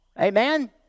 Amen